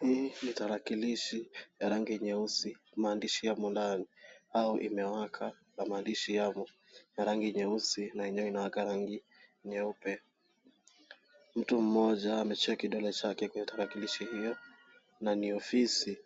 Hii ni tarakilishi ya rangi nyeusi maandishi yamo ndani au imewaka na maandishi ya rangi nyeusi na yenyewe inawaka rangi nyeupe. Mtu mmoja ametia kidole chake kwenye tarakilishi hiyo na ni ofisi